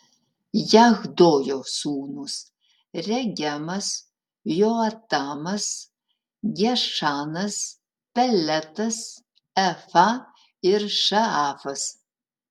jahdojo sūnūs regemas joatamas gešanas peletas efa ir šaafas